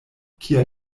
kia